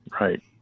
Right